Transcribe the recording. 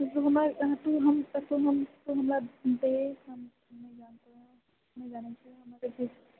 तू हमर तू हम तू हम तू हमरा दे हम नहि जानते है नहि जानैत छिऐ हम किछु